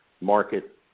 market